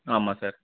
ஆமாம் சார்